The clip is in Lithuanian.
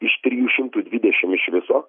iš trijų šimtų dvidešimt iš viso